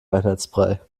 einheitsbrei